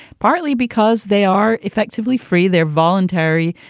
partly because they are effectively free, they're voluntary.